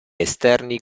esterni